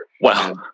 Wow